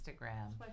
Instagram